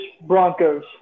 Broncos